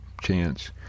chance